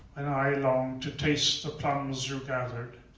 and i longed to taste the plums you gathered,